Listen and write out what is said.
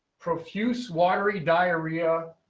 profuse watery diarrhea,